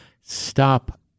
stop